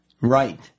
Right